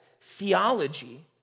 theology